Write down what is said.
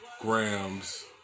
grams